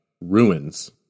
ruins